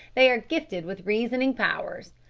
they are gifted with reasoning powers.